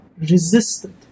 resisted